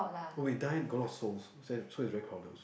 when die there's alot of souls so it's very crowded also